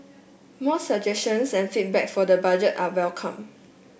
more suggestions and feedback for the Budget are welcome